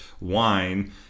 wine